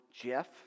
Jeff